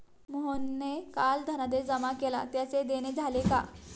मोहनने काल धनादेश जमा केला त्याचे देणे झाले का?